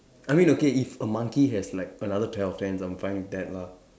I mean okay if a monkey has like another pair of hands I'm fine with that lah